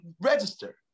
register